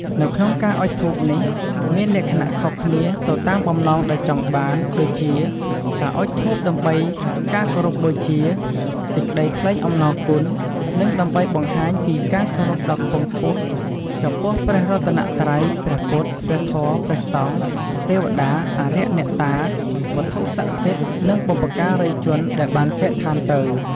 នៅក្នុងការអុជធូបនេះ មានលក្ខណៈខុសគ្នា ទៅតាមបំណងដែលចង់បាន ដូចជា ការអុជធូបដើម្បីការគោរពបូជា សេចក្ដីថ្លែងអំណរគុណ និង ដើម្បីបង្ហាញពី ការគោរពដ៏ខ្ពង់ខ្ពស់ ចំពោះព្រះរតនត្រ័យ ព្រះពុទ្ធ ព្រះធម៌ ព្រះសង្ឃ ទេវតា អារក្ស អ្នកតា វត្ថុស័ក្តិសិទ្ធិ និងបុព្វការីជនដែលបានចែកឋានទៅ។។